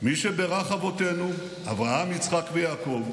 "מי שברך אבותינו אברהם יצחק ויעקב,